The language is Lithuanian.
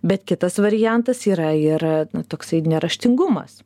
bet kitas variantas yra ir toksai neraštingumas